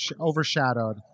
overshadowed